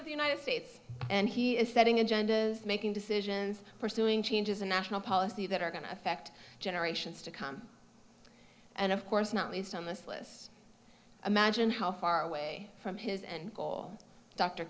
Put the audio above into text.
of the united states and he is setting agendas making decisions pursuing changes in national policy that are going to affect generations to come and of course not least on this list imagine how far away from his and goal d